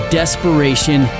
desperation